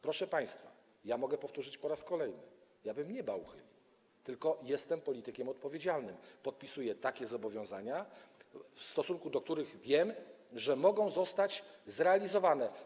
Proszę państwa, mogę powtórzyć po raz kolejny: ja bym nieba uchylił, tylko jestem politykiem odpowiedzialnym, podpisuję takie zobowiązania, które wiem, że mogą zostać zrealizowane.